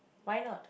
why not